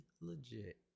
legit